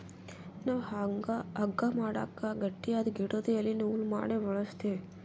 ನಾವ್ ಹಗ್ಗಾ ಮಾಡಕ್ ಗಟ್ಟಿಯಾದ್ ಗಿಡುದು ಎಲಿ ನೂಲ್ ಮಾಡಿ ಬಳಸ್ತೀವಿ